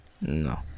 no